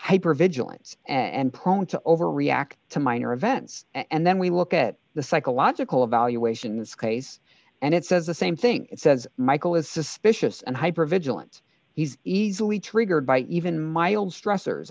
hypervigilance and prone to overreact to minor events and then we look at the psychological evaluation in this case and it says the same thing it says michael is suspicious and hyper vigilant he's easily triggered by even mild stressors